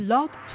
Love